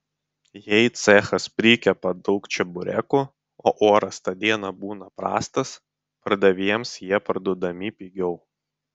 jei cechas prikepa daug čeburekų o oras tą dieną būna prastas pardavėjams jie parduodami pigiau